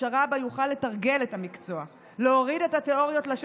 הסדרת המקצוע טיפול באומנויות,